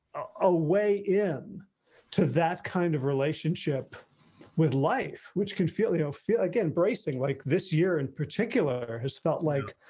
a way in to that kind of relationship with life, which can feel, you know, feel again, bracing, like this year in particular has felt like,